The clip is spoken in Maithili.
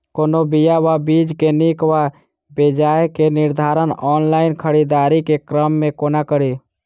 कोनों बीया वा बीज केँ नीक वा बेजाय केँ निर्धारण ऑनलाइन खरीददारी केँ क्रम मे कोना कड़ी?